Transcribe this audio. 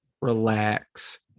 relax